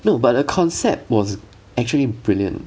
no but the concept was actually brilliant